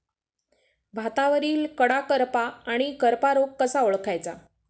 भातावरील कडा करपा आणि करपा रोग कसा ओळखायचा?